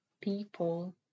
people